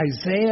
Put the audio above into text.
Isaiah